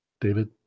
David